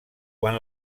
quan